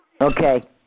Okay